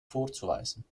vorzuweisen